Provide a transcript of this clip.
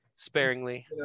Sparingly